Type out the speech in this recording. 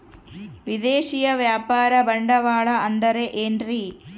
ವಿದೇಶಿಯ ವ್ಯಾಪಾರ ಬಂಡವಾಳ ಅಂದರೆ ಏನ್ರಿ?